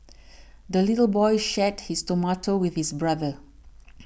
the little boy shared his tomato with his brother